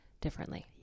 differently